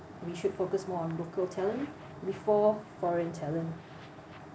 we should focus more on local talent before foreign talent